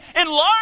enlarge